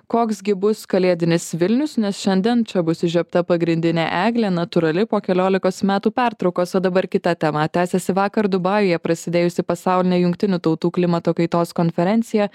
koks gi bus kalėdinis vilnius nes šiandien čia bus įžiebta pagrindinė eglė natūrali po keliolikos metų pertraukos o dabar kita tema tęsiasi vakar dubajuje prasidėjusi pasaulinę jungtinių tautų klimato kaitos konferenciją